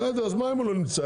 אז מה אם הוא לא נמצא?